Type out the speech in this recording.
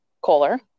Kohler